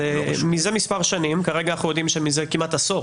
מזה מספר שנים כרגע אנו יודעים שמזה כמעט עשור